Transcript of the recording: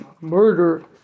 murder